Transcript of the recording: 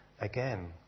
again